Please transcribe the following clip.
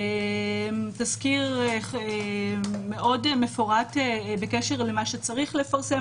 תזכיר מאוד מפורט בקשר למה שיש לפרסם